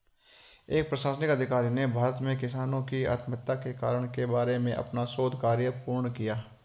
एक प्रशासनिक अधिकारी ने भारत में किसानों की आत्महत्या के कारण के बारे में अपना शोध कार्य पूर्ण किया